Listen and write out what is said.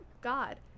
god